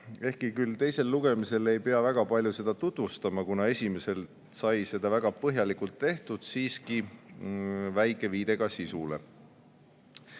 ehkki küll teisel lugemisel ei pea väga palju seda tutvustama, kuna esimesel sai seda väga põhjalikult tehtud, siiski väike viide sisule.